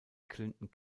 clinton